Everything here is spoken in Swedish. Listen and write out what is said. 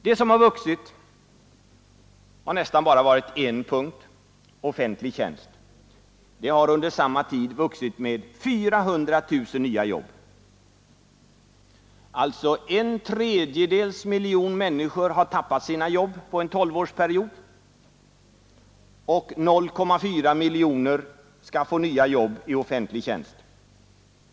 Det som har ökat har nästan bara varit offentlig tjänst, som under samma tid vuxit med 400 000 nya jobb. En tredjedels miljon människor har alltså tappat sina jobb under en tolvårsperiod, och 0,4 miljoner har fått nya jobb i offentlig tjänst.